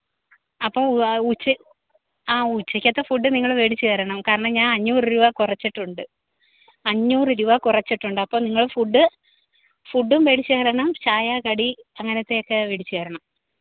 അപ്പോൾ അ ഉച്ചയ്ക്ക് ആ ഉച്ചയ്ക്കത്തെ ഫുഡ് നിങ്ങൾ മേടിച്ച് തരണം കാരണം ഞാൻ അഞ്ഞൂറ് രൂപ കുറച്ചിട്ടുണ്ട് അഞ്ഞൂറ് രൂപ കുറച്ചിട്ടുണ്ട് അപ്പോൾ നിങ്ങള് ഫുഡ്ഡ് ഫുഡും മേടിച്ച് തരണം ചായ കടി അങ്ങനത്തെയൊക്കെ മേടിച്ച് തരണം